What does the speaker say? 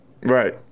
Right